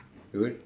good